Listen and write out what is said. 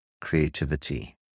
creativity